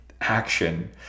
action